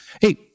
Hey